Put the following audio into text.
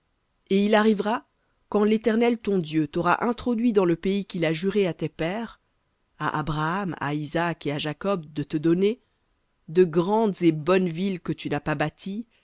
et il arrivera quand l'éternel ton dieu t'aura introduit dans le pays qu'il a juré à tes pères à abraham à isaac et à jacob de te donner de grandes et bonnes villes que tu n'as pas bâties